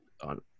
on